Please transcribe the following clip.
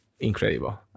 Incredible